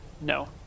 No